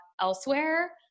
elsewhere